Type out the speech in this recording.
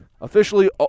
Officially